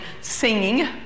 singing